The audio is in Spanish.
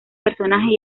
personajes